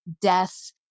death